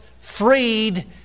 freed